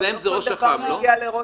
אצלם זה ראש אח"מ, לא?